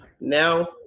now